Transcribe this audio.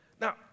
Now